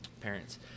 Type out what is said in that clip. parents